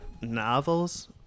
Novels